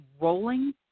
rolling